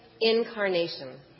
incarnation